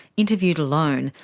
interviewed alone,